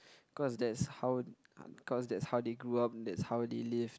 cause that's how cause that's how they grew up and that's how they live